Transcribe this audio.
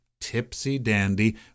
tipsy-dandy